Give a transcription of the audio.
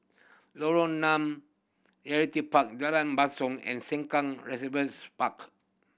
Lorong nine Realty Park Jalan Basong and Sengkang Riversides Park